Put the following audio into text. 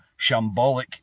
shambolic